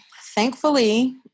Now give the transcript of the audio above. thankfully